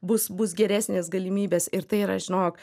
bus bus geresnės galimybės ir tai yra žinok